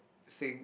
think